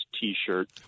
t-shirt